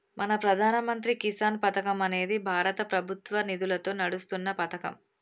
మన ప్రధాన మంత్రి కిసాన్ పథకం అనేది భారత ప్రభుత్వ నిధులతో నడుస్తున్న పతకం